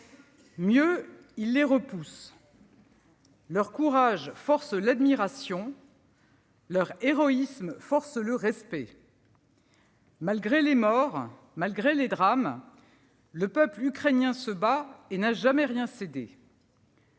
Mieux, ils les repoussent. Leur courage force l'admiration. Leur héroïsme force le respect. Malgré les morts, malgré les drames, le peuple ukrainien se bat et n'a jamais rien cédé.